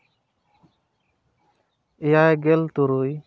ᱮᱭᱟᱭᱜᱮᱞ ᱛᱩᱨᱩᱭ